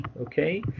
Okay